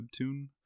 Webtoon